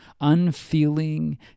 unfeeling